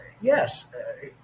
yes